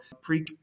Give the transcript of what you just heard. pre